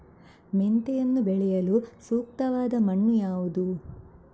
ಮೆಂತೆಯನ್ನು ಬೆಳೆಯಲು ಸೂಕ್ತವಾದ ಮಣ್ಣು ಯಾವುದು?